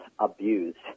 abused